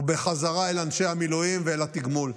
ובחזרה אל אנשי המילואים ואל התגמול.